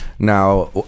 Now